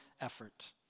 effort